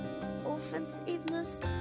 offensiveness